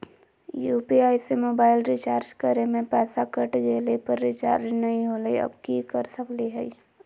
UPI से mobile recharge करे में पैसा कट गेलई, पर रिचार्ज नई होलई, अब की कर सकली हई?